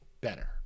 better